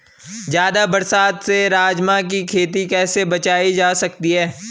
ज़्यादा बरसात से राजमा की खेती कैसी बचायी जा सकती है?